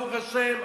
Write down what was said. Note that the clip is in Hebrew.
ברוך השם,